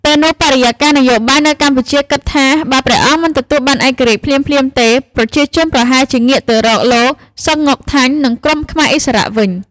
ពេលនោះ បរិយាកាសនយោបាយនៅកម្ពុជាគិតថា បើព្រះអង្គមិនទទួលបានឯករាជ្យភ្លាមៗទេ ប្រជាជនប្រហែលជាងាកទៅរកលោក សឺង ង៉ុកថាញ់ និងក្រុមខ្មែរឥស្សរៈវិញ។